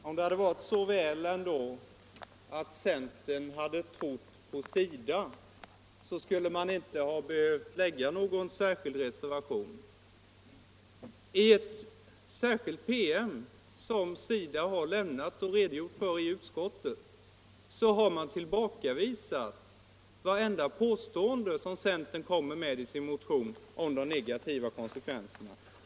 Herr talman! Om det hade varit så väl att centern hade trott på SIDA, då skulle man inte ha behövt lämna någon reservation. I en särskild PM som SIDA lämnat och redogjort för i utskottet har SIDA tillbakavisat vartenda påstående om negativa konsekvenser som centern kommer med i sin motion.